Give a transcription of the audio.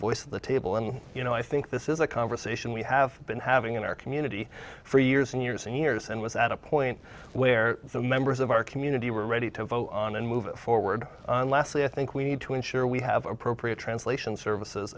voice at the table and you know i think this is a conversation we have been having in our community for years and years and years and was at a point where some members of our community were ready to vote on and move forward and lastly i think we need to ensure we have appropriate translation services